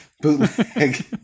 bootleg